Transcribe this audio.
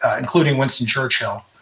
ah including winston churchill,